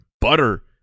butter